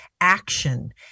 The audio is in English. action